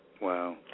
Wow